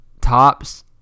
tops